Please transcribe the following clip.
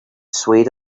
swayed